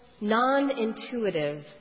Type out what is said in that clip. non-intuitive